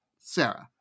Sarah